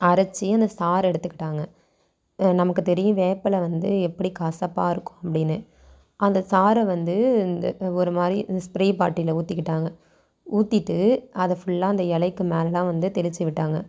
அரைச்சி அந்த சாரை எடுத்துக்கிட்டாங்க நமக்கு தெரியும் வேப்பலை வந்து எப்படி கசப்பாக இருக்கும் அப்படினு அந்த சாரை வந்து இந்த ஒருமாதிரி இந்த ஸ்ப்ரே பாட்டில்ல ஊற்றிக்கிட்டாங்க ஊற்றிட்டு அதை ஃபுல்லாக அந்த இலைக்கி மேலேலாம் வந்து தெளித்து விட்டாங்க